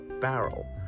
Barrel